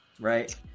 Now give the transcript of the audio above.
Right